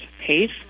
pace